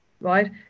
right